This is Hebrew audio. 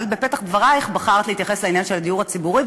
אבל בפתח דברייך בחרת להתייחס לעניין הדיור הציבורי,